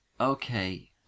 Okay